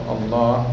Allah